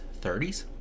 30s